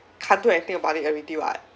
can't do anything about it already [what]